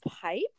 pipe